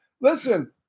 Listen